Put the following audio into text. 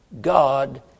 God